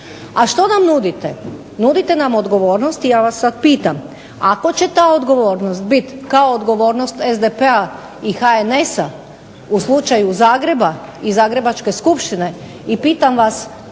A što nam nudite, nudite nam odgovornost i ja vas sad pitam, ako će ta odgovornost biti kao odgovornost SDP-a i HNS-a u slučaju Zagreba i Zagrebačke skupštine i pitam vas